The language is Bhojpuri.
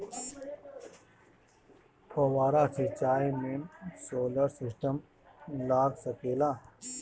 फौबारा सिचाई मै सोलर सिस्टम लाग सकेला?